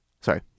Sorry